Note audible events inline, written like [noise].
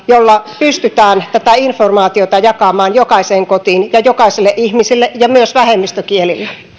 [unintelligible] jolla pystytään tätä informaatiota jakamaan jokaiseen kotiin ja jokaiselle ihmiselle ja myös vähemmistökielillä